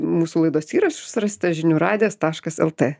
mūsų laidos įrašus rasite žinių radijas taškas el tė